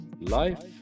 life